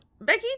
Becky